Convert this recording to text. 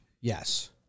Yes